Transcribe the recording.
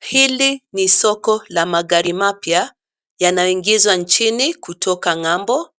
Hili ni soko la magari mapya, yanaingizwa nchini kutoka ng'ambo,